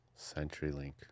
CenturyLink